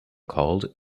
called